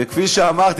וכפי שאמרתי,